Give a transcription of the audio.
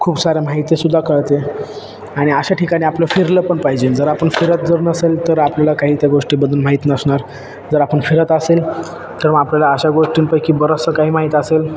खूप साऱ्या माहितीसुद्धा कळते आणि अशा ठिकाणी आपलं फिरलं पण पाहिजे जर आपण फिरत जर नसेल तर आपल्याला काही त्या गोष्टीबद्दल माहीत नसणार जर आपण फिरत असेल तर मग आपल्याला अशा गोष्टींपैकी बरंचसं काही माहीत असेल